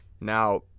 Now